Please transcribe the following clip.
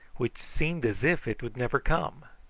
which seemed as if it would never come.